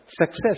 success